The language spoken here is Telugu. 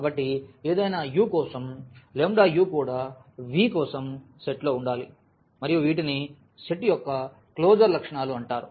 కాబట్టి ఏదైనా u కోసం U కూడా V కోసం సెట్లో ఉండాలి మరియు వీటిని సెట్ యొక్క క్లోజర్ లక్షణాలు అంటారు